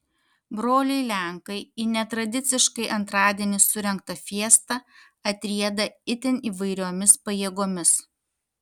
broliai lenkai į netradiciškai antradienį surengtą fiestą atrieda itin įvairiomis pajėgomis